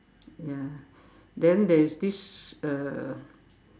ya then there's this uh